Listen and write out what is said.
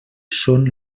són